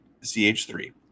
CH3